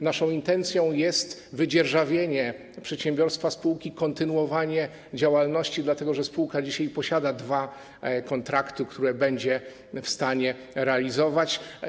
Naszą intencją jest wydzierżawienie przedsiębiorstwa spółki, kontynuowanie działalności, dlatego że spółka dzisiaj posiada dwa kontrakty, które będzie w stanie realizować.